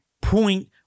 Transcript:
point